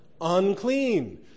Unclean